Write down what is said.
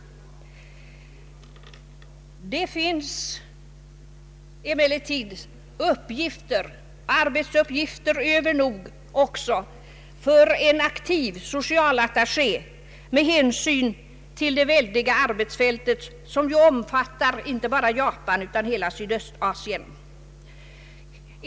Det finns emellertid arbetsuppgifter över nog också för en aktiv socialattacheé med hänsyn till det väldiga arbetsfältet, som ju omfattar inte bara Japan utan hela Sydöstasien.